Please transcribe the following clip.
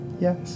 Yes